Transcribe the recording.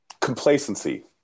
complacency